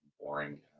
Boring